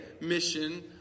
mission